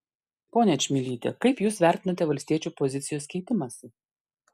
ponia čmilyte kaip jūs vertinate valstiečių pozicijos keitimąsi